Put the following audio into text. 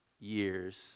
years